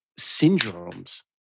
syndromes